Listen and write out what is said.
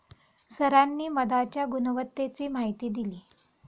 सरांनी मधाच्या गुणवत्तेची माहिती दिली